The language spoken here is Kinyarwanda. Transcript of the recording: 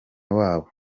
wabo